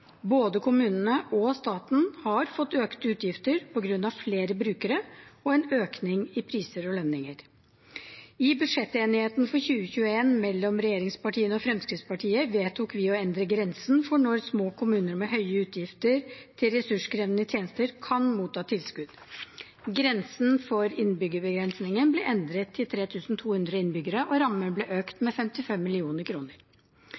Både kommunene og staten har fått økte utgifter på grunn av flere brukere og en økning i priser og lønninger. I budsjettenigheten for 2021 mellom regjeringspartiene og Fremskrittspartiet vedtok vi å endre grensen for når små kommuner med høye utgifter til ressurskrevende tjenester kan motta tilskudd. Grensen for innbyggerbegrensningen ble endret til 3 200 innbyggere, og rammen ble økt